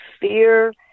fear